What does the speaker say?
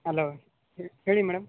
hello ಹೇಳಿ madam